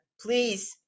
please